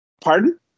Pardon